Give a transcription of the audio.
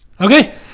Okay